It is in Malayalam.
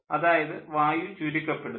അതായത് വായു ചുരുക്കപ്പെടുന്നു